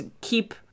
keep